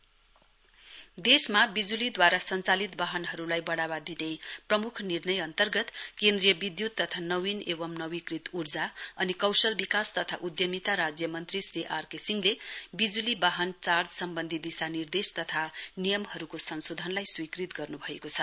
electric vehicle देशमा विज़्लीद्वारा संचालित वाहनहरुलाई वढ़ावा दिने प्रमुख निर्णय अन्तर्गत केन्द्रीय विध्वत तथा नवीन एवं नवीकृत उर्जा अनि कौशल विकास तथा उद्घमिता राज्य मन्त्री श्री आर के सिंहले विजुली वाहन चार्ज सम्वन्धी दिशा निर्देश तथा नियमहरुको संशोधनलाई स्वीकृत गर्नुभएको छ